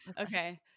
Okay